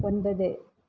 ஒன்பது